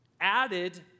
added